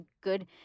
good